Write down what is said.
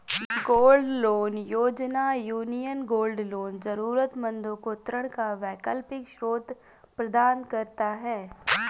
gold loan योजना, union gold loan जरूरतमंदों को ऋण का वैकल्पिक स्रोत प्रदान करता है